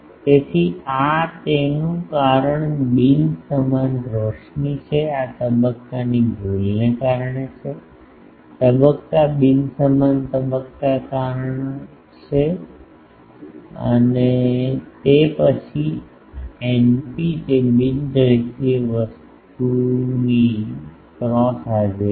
તેથી આ તેનું કારણ બિન સમાન રોશની છે આ તબક્કાની ભૂલને કારણે છે તબક્કા બિન સમાન તબક્કાને કારણે છે અને તે પછી ηp તે બિન રેખીય વસ્તુની ક્રોસ પોલ હાજરી છે